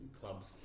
Clubs